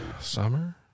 Summer